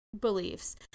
beliefs